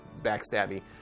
backstabby